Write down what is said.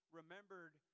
remembered